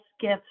gifts